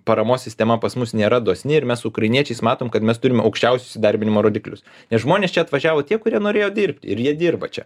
paramos sistema pas mus nėra dosni ir mes su ukrainiečiais matom kad mes turime aukščiausius įdarbinimo rodiklius nes žmonės čia atvažiavo tie kurie norėjo dirbti ir jie dirba čia